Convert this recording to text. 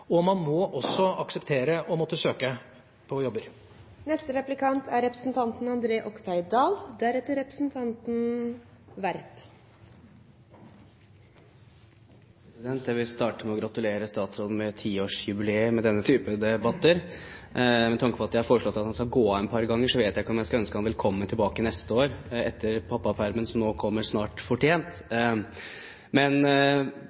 og man må også akseptere at man må søke på jobber. Jeg vil starte med å gratulere statsråden med 10-årsjubileet med denne type debatter. Med tanke på at jeg et par ganger har foreslått at han skal gå av, vet jeg ikke om jeg skal ønske ham velkommen tilbake neste år, etter pappapermen som snart kommer fortjent. Men